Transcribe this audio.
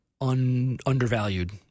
undervalued